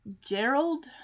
Gerald